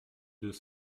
deux